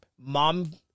mom